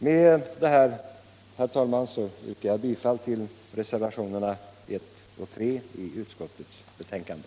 Med detta, herr talman, yrkar jag bifall till reservationerna 1 och 3.